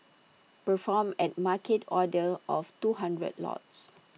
perform A market order of two hundred lots